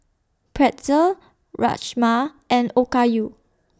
Pretzel Rajma and Okayu